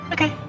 Okay